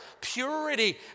purity